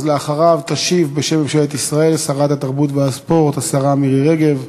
אחריו תשיב בשם ממשלת ישראל שרת התרבות והספורט מירי רגב.